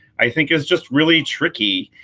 i think is just really tricky,